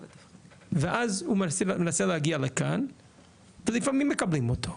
ואז הוא מנסה להגיע לכאן ולפעמים מקבלים אותו,